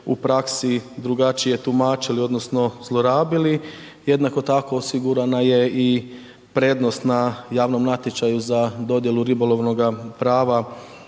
u praksu drugačije tumačili odnosno zlorabili. Jednako tako, osigurana je i prednost na javnom natječaju za dodjelu ribolovnoga prava